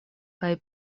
kaj